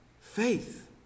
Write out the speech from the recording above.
faith